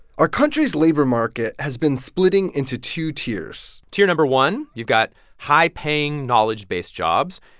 our country's labor market has been splitting into two tiers tier no. one, you've got high-paying knowledge-based jobs.